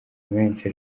menshi